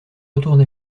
retourne